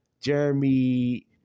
Jeremy